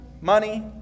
money